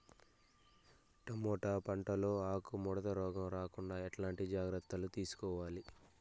Tomato పంట లో ఆకు ముడత రోగం రాకుండా ఎట్లాంటి జాగ్రత్తలు తీసుకోవాలి?